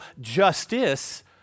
justice